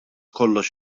kollox